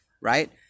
right